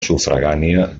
sufragània